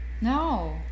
No